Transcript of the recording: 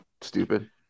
stupid